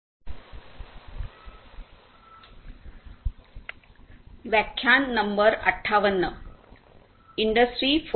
तर पुढच्या काही व्याख्यानात मी इंडस्ट्री 4